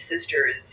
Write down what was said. sisters